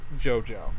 JoJo